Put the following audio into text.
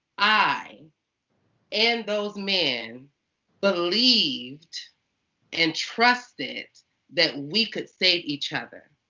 i and those men believed and trusted that we could save each other.